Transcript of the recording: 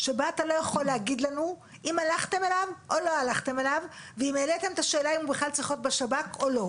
הלכתם אליו ואם העליתם את השאלה אם הוא בכלל צריך להיות בשב"כ או לא.